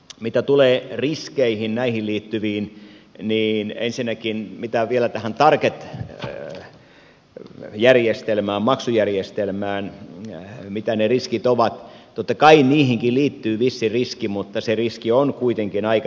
mitä tulee näihin liittyviin riskeihin mitä ne riskit ovat niin ensinnäkin mitä vielä tähän target maksujärjestelmään tulee totta kai niihinkin liittyy vissi riski mutta se riski on kuitenkin aika teoreettinen